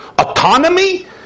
autonomy